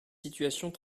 situations